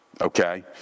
okay